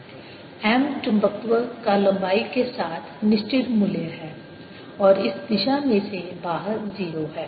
jfree0 H0 H M M चुंबकत्व का लंबाई के साथ निश्चित मूल्य है और इस दिशा में से बाहर 0 है